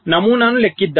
నమూనాను లెక్కిద్దాం